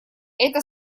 это